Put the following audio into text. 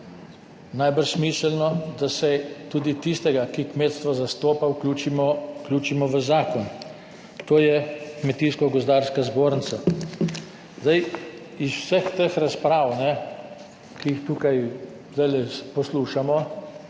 najbrž smiselno, da se tudi tistega, ki kmetstvo zastopa, vključimo v zakon, to je Kmetijsko-gozdarska zbornica. Iz vsehteh razprav, ki jih tukaj zdaj poslušamo,